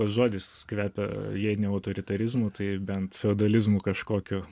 žodis kvepia jei ne autoritarizmu tai bent feodalizmu kažkokiu